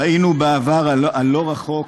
ראינו בעבר הלא-רחוק,